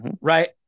Right